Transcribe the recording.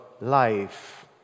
life